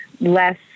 less